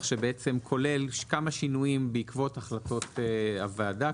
שכולל כמה שינויים בעקבות החלטות הוועדה,